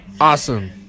Awesome